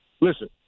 listen